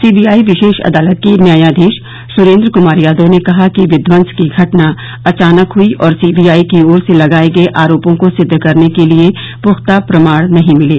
CBI विशेष अदालत के न्यायाधीश सुरेन्द्र कुमार यादव ने कहा कि विध्वंस की घटना अचानक हुई और सीबीआई की ओर से लगाए गए आरोपों को सिद्व करने के लिए पुख्ता प्रमाण नहीं मिले